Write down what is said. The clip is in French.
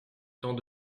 temps